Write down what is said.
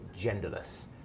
genderless